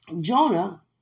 Jonah